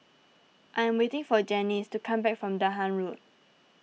I'm waiting for Janyce to come back from Dahan Road